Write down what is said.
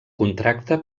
contracte